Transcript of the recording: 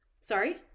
Sorry